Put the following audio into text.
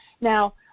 Now